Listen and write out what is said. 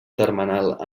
termenal